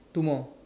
two more